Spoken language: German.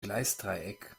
gleisdreieck